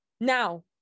Now